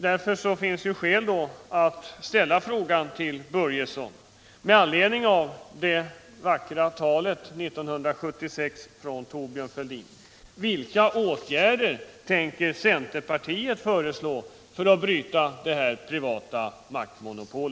Det finns skäl att ställa denna fråga till Fritz Börjesson med anledning av det vackra talet från Thorbjörn Fälldins sida 1976: Vilka åtgärder tänker centerpartiet föreslå för att bryta detta privata maktmonopol?